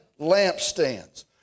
lampstands